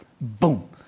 Boom